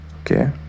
Okay